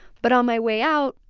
but on my way out,